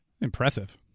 Impressive